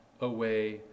away